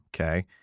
Okay